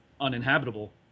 uninhabitable